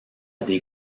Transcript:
des